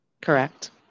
Correct